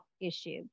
issue